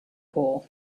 poor